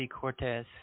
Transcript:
Cortez